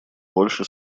больше